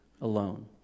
alone